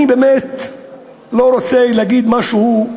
אני לא רוצה להגיד משהו,